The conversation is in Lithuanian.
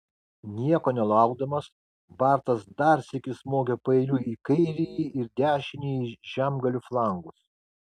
nieko nelaukdamas bartas dar sykį smogė paeiliui į kairįjį ir dešinįjį žemgalių flangus